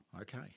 Okay